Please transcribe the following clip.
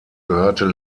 gehörte